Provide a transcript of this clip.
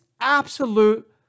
absolute